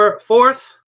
fourth